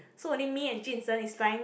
so only me and Jun Sheng is flying back